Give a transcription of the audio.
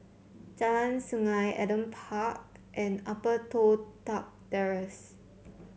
Jalan Sungei Adam Park and Upper Toh Tuck Terrace